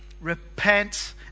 Repent